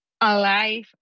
alive